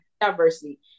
diversity